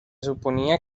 suponía